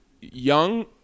young